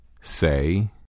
Say